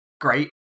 Great